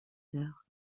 heures